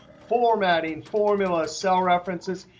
formatting, formulas, cell references,